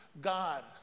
God